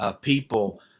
People